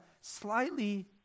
slightly